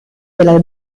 della